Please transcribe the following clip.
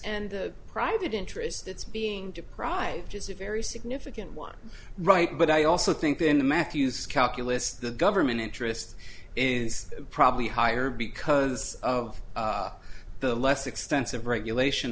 and the private interest that's being deprived is a very significant one right but i also think in the matthews calculus the government interest is probably higher because of the less extensive regulation